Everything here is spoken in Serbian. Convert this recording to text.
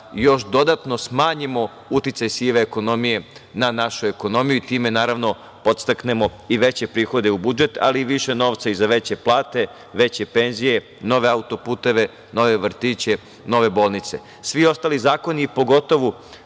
još dodatno smanjimo uticaj sive ekonomije na našu ekonomiju, i time naravno, podstaknemo i veće prihode u budžet, ali više novca za veće plate, veće penzije, nove auto-puteve, nove vrtiće, nove bolnice. Svi ostali zakonu, pogotovo,